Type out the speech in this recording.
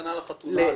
מתנה לחתונה.